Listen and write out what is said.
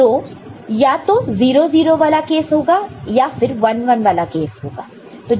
तो या तो 0 0 वाला केस होता है या फिर 1 1 वाला केस होता है